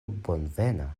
bonvena